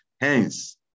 Hence